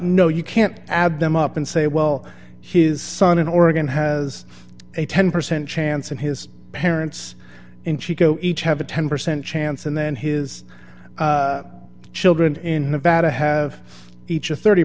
no you can't add them up and say well his son in oregon has a ten percent chance and his parents in chico each have a ten percent chance and then his children in nevada have each a thirty